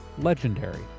legendary